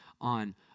on